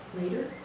later